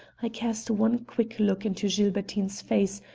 i cast one quick look into gilbertine's face,